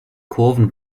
kurven